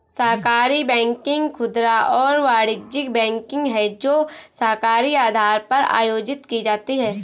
सहकारी बैंकिंग खुदरा और वाणिज्यिक बैंकिंग है जो सहकारी आधार पर आयोजित की जाती है